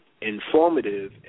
informative